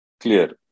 clear